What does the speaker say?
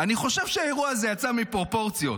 אני חושב שהאירוע הזה יצא מפרופורציות.